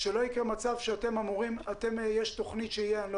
שלא יקרה מצב שיש תוכנית, למשל